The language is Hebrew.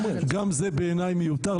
גם זה, בעיניי, מיותר.